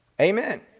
Amen